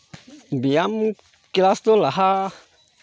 ᱵᱮᱭᱟᱢ ᱠᱞᱟᱥ ᱫᱚ ᱞᱟᱦᱟ